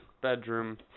bedroom